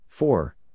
Four